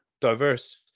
diverse